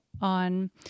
on